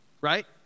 right